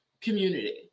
community